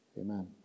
Amen